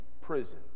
prison